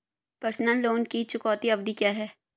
Personal loan की चुकौती अवधि क्या है?